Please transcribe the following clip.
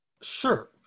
Sure